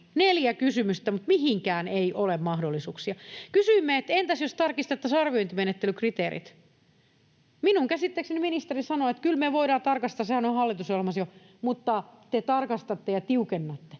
neljä kysymystä kysytty, mutta mihinkään ei ole mahdollisuuksia. Kysyimme, että entäs jos tarkistettaisiin arviointimenettelykriteerit. Minun käsittääkseni ministeri sanoi, että kyllä me voidaan tarkastaa, sehän on hallitusohjelmassa jo. Mutta te tarkastatte ja tiukennatte.